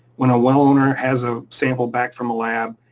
when a well owner has a sample back from a lab,